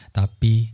tapi